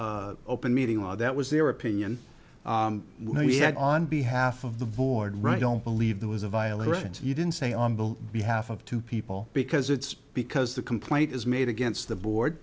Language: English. open meeting while that was their opinion we had on behalf of the board right don't believe there was a violence you didn't say on the behalf of two people because it's because the complaint is made against the board